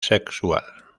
sexual